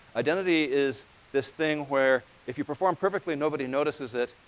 identity is this thing where if you perform perfectly, nobody notices it.